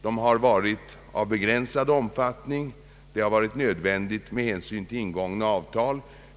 De har varit av begränsad omfattning, vilket varit nödvändigt med hänsyn till ingångna avtal.